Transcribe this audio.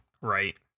Right